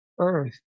earth